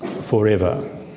forever